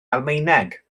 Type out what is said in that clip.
almaeneg